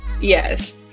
Yes